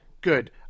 Good